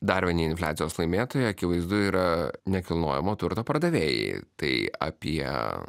dar vieni infliacijos laimėtojai akivaizdu yra nekilnojamo turto pardavėjai tai apie